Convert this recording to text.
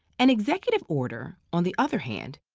an executive order, on the other hand,